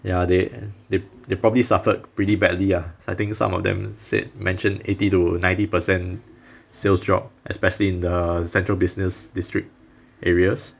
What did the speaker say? ya they they they probably suffered pretty badly ah I think some of them said mention eighty to ninety percent sales drop especially in the central business district areas